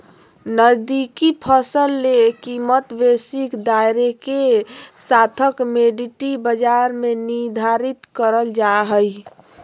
नकदी फसल ले कीमतवैश्विक दायरेके साथकमोडिटी बाजार में निर्धारित करल जा हइ